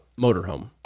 motorhome